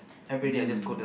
mm